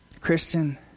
Christian